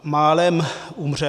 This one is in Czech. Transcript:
Málem umřel.